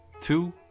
Two